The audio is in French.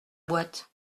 boîte